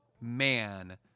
man